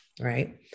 right